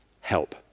help